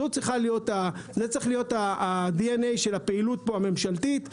זה צריך להיות הדנ"א של הפעילות הממשלתית פה.